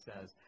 says